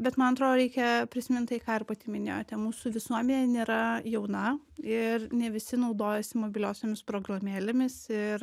bet man atrodo reikia prisimint tai ką ir pati minėjote mūsų visuomenė nėra jauna ir ne visi naudojasi mobiliosiomis programėlėmis ir